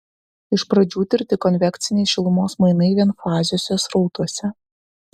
iš pradžių tirti konvekciniai šilumos mainai vienfaziuose srautuose